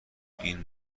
این